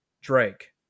Drake